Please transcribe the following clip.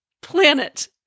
planet